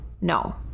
no